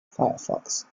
firefox